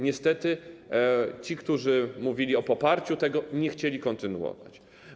Niestety ci, którzy mówili o poparciu tego, nie chcieli kontynuować.